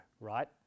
right